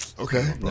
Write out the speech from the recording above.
Okay